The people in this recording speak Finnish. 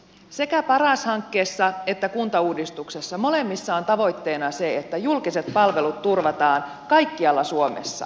sekä paras hankkeessa että kuntauudistuksessa molemmissa on tavoitteena se että julkiset palvelut turvataan kaikkialla suomessa